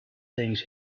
things